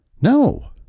No